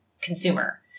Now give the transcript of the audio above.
consumer